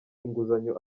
inguzanyo